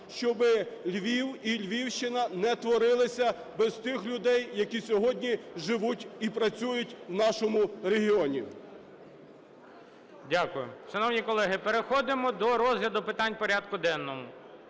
щоби Львів і Львівщина не творилися без тих людей, які сьогодні живуть і працюють в нашому регіоні. ГОЛОВУЮЧИЙ. Дякую. Шановні колеги, переходимо до розгляду питань порядку денного.